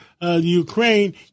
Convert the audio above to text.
Ukraine